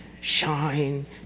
Shine